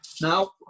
Now